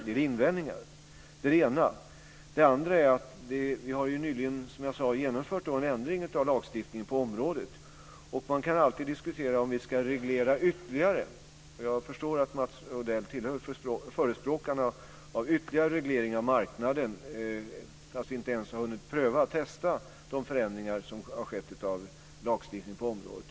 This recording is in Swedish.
Det är det ena. Det andra är att vi nyligen har, som jag sade, genomfört en ändring av lagstiftningen på området. Och man kan alltid diskutera om vi ska reglera ytterligare. Och jag förstår att Mats Odell tillhör förespråkarna av ytterligare reglering av marknaden, trots att vi inte ens har hunnit pröva och testa de förändringar som har skett av lagstiftningen på området.